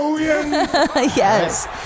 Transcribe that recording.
Yes